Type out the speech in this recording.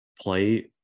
play